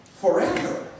forever